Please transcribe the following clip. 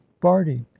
Barty